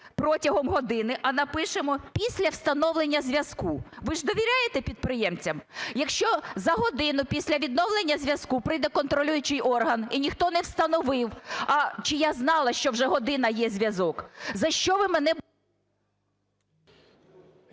"протягом години", а напишемо "після встановлення зв'язку". Ви ж довіряєте підприємцям? Якщо за годину після відновлення зв'язку прийде контролюючий орган і ніхто не встановив, а чи я знала, що вже година є зв'язок? За що ви мене…